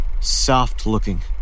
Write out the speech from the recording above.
Soft-looking